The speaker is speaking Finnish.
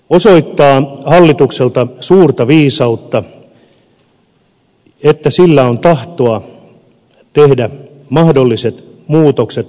osoittaa hallitukselta suurta viisautta että sillä on tahtoa tehdä mahdolliset muutokset kolmikantaisesti